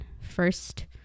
first